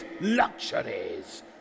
luxuries